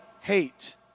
hate